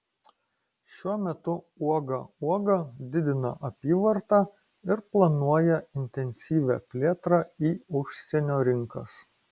šiuo metu uoga uoga didina apyvartą ir planuoja intensyvią plėtrą į užsienio rinkas